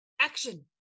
action